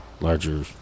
larger